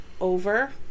over